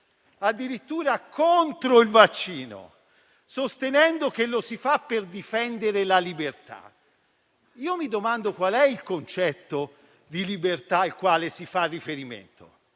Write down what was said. addirittura contro il vaccino, sostenendo che lo si fa per difendere la libertà, io mi domando quale sia il concetto di libertà al quale si fa riferimento.